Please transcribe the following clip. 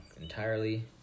entirely